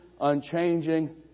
unchanging